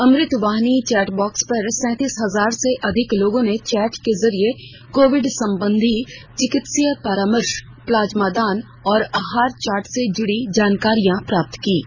अमृत Vahini chat box पर सैंतीस हजार से अधिक लोगों ने चैट के जरिये कोविड संबंधित चिकित्सीय परामर्श प्लाज्मा दान और आहार चाट से जुड़ी जानकारियां प्राप्त की हैं